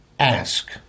Ask